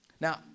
Now